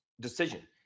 decision